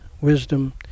wisdom